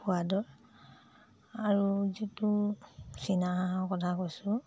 সোৱাদৰ আৰু যিটো চীনা হাঁহৰ কথা কৈছোঁ